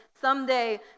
someday